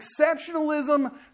exceptionalism